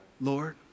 Lord